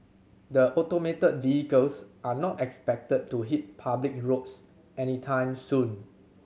the automated vehicles are not expected to hit public roads anytime soon